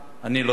אני לא יודע.